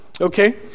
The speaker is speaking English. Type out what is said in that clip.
okay